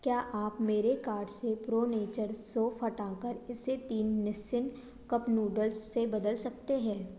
क्या आप मेरे कार्ट से प्रो नेचर सौंफ़ हटा कर इसे तीन निस्सिन कप नूडल्स से बदल सकते हैं